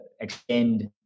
extend